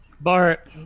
Bart